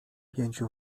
pięciu